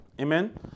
Amen